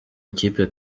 ikipe